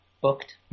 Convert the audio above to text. booked